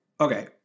Okay